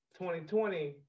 2020